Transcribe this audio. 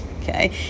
okay